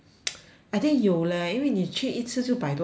I think 有 leh 因为你去一次就百多块 eh